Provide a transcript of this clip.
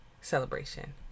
celebration